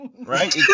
Right